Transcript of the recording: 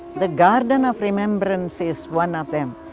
the garden of remembrance is one of them.